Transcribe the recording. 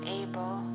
able